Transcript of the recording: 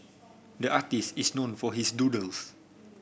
the artist is known for his doodles